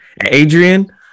Adrian